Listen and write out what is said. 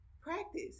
Practice